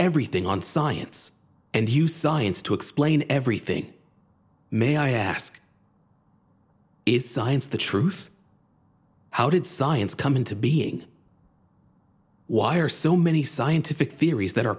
everything on science and use science to explain everything may i ask is science the truth how did science come into being why are so many scientific theories that are